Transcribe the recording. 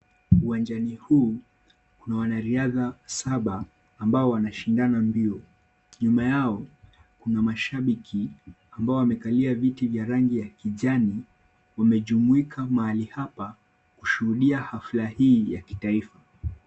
Uwanjani huu kuna wanariadha saba ambao wanashindana mbio, nyuma yao kuna mashabiki ambao wamekalia viti vya rangi ya kijani wamejumuika mahali hapa kushuhudia hafla hii ya kitaifa.